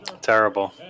Terrible